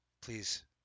please